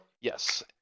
Yes